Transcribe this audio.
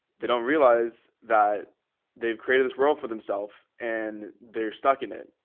they don't realize that they've created this world for themselves and they're stuck in it.